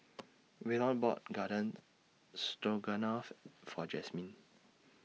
Waylon bought Garden Stroganoff For Jasmyne